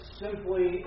simply